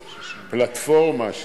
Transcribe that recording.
במקומי.